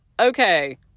okay